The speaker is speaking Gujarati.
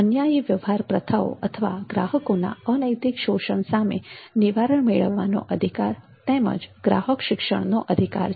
અન્યાયી વ્યવહાર પ્રથાઓ અથવા ગ્રાહકોના અનૈતિક શોષણ સામે નિવારણ મેળવવાનો અધિકાર તેમજ ગ્રાહક શિક્ષણનો અધિકાર છે